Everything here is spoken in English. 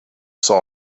saw